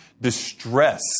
distress